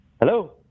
Hello